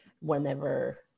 Whenever